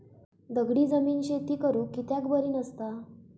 दगडी जमीन शेती करुक कित्याक बरी नसता?